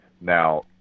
Now